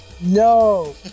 No